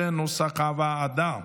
כנוסח הוועדה.